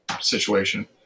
situation